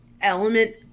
element